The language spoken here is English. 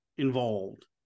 involved